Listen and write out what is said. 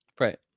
Right